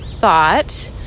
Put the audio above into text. thought